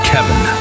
Kevin